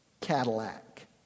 Cadillac